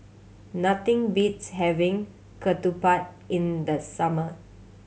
nothing beats having ketupat in the summer